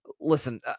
listen